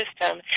system